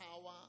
power